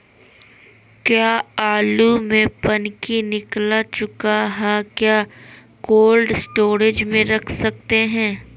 क्या आलु में पनकी निकला चुका हा क्या कोल्ड स्टोरेज में रख सकते हैं?